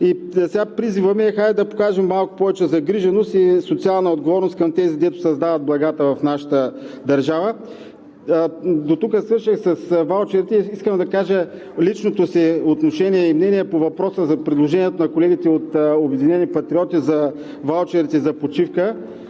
И сега призивът ми е: хайде да покажем малко повече загриженост и социална отговорност към тези, които създават благата в нашата държава. Дотук свърших с ваучерите и искам да кажа личното си отношение и мнение по въпроса за предложенията на колегите от „Обединени патриоти“ за ваучерите за почивка.